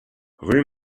rue